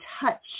touch